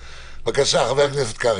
בבקשה, חבר הכנסת קרעי.